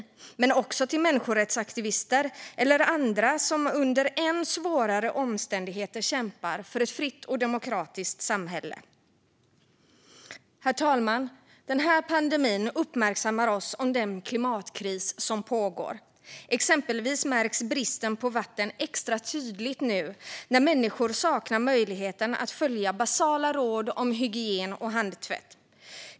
Det ska också kunna gå till människorättsaktivister eller andra som under ännu svårare omständigheter kämpar för ett fritt och demokratiskt samhälle. Herr talman! Den här pandemin uppmärksammar oss på den klimatkris som pågår. Exempelvis märks bristen på vatten extra tydligt nu när människor saknar möjligheten att följa basala råd om hygien och handtvätt.